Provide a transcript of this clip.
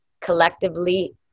collectively